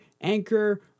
Anchor